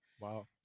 Wow